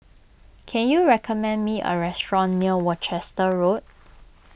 can you recommend me a restaurant near Worcester Road